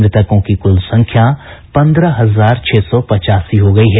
मृतकों की कुल संख्या पन्द्रह हजार छह सौ पचासी हो गई है